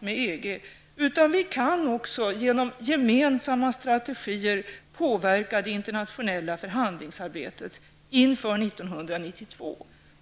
med EG kan påverka. Vi kan genom gemensamma strategier påverka det internationella förhandlingsarbetet inför 1992.